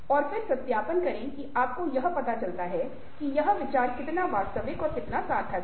और फिर सत्यापन करें कि आपको यह पता चलता है कि यह विचार कितना वास्तविक है और कितना सार्थक है